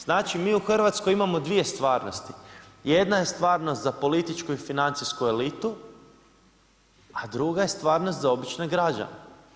Znači mi u Hrvatskoj imamo 2 stvarnosti, jedna je stvarnost za političku i financijsku elitu, a druga je stvarnost za obične građane.